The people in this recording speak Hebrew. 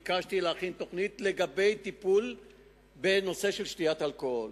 ביקשתי להכין תוכנית לטיפול בנושא של שתיית אלכוהול.